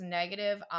negative